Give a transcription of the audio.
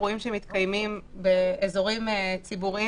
אירועים שמתקיימים באזורים ציבוריים,